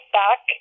back